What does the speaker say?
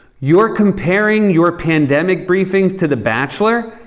you're comparing your pandemic briefings to the bachelor?